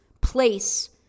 place